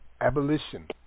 Abolition